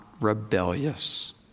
rebellious